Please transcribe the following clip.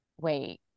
wait